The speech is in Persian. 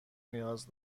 نیاز